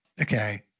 Okay